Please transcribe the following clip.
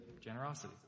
Generosity